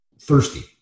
thirsty